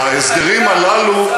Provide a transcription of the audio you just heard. ההסדרים הללו,